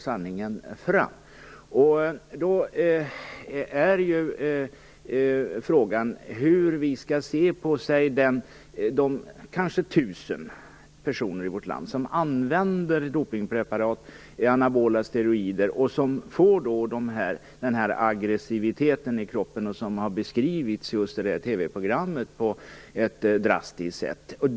Frågan är då hur vi skall se på de kanske 1 000 personer i vårt land som använder anabola steroider som dopningspreparat och som får denna aggressivitet i kroppen, som just beskrevs i TV-programmet på ett drastiskt sätt.